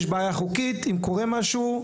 יש בעיה חוקית אם קורה משהו,